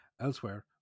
Elsewhere